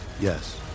Yes